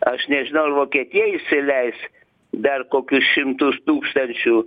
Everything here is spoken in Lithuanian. aš nežinau ar vokietija įsileis dar kokius šimtus tūkstančių